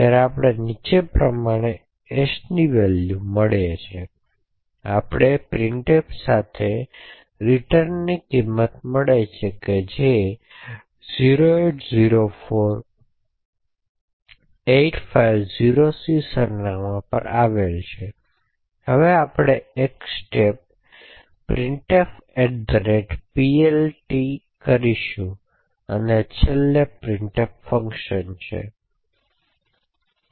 અને આ આપણે નીચે પ્રમાણે s ની વેલ્યુ મળી છે અને આપણને પ્રિન્ટફ પાસેથી વળતરની કિંમત પણ મળી છે જે 0804850c સરનામાં પર આવેલ છે અને હવે આપણે એક પગલું printfPLT કરીશું અને છેલ્લે printf ફંકશન છે